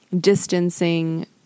distancing